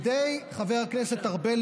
חבר כנסת ארבל,